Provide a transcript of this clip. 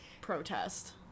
protest